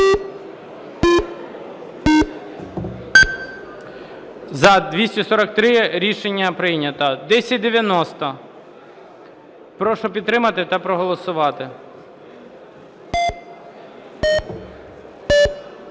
За-243 Рішення прийнято. 1090. Прошу підтримати та проголосувати.